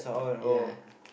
ya